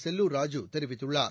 செல்லூர் ராஜூ தெரிவித்துள்ளார்